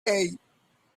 hey